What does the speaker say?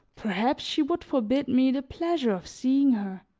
perhaps she would forbid me the pleasure of seeing her.